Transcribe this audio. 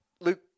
Luke